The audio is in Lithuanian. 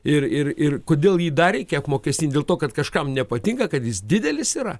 ir ir ir kodėl jį dar reikia apmokestinti dėl to kad kažkam nepatinka kad jis didelis yra